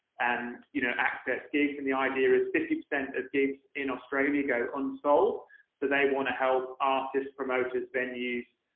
and you know, access gigs. and the idea is fifty percent of gigs in australia go unsold so they want to help artists, promoters, venues,